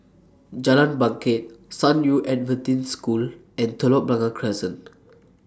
Jalan Bangket San Yu Adventist School and Telok Blangah Crescent